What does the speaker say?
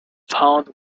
found